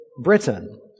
Britain